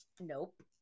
nope